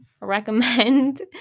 recommend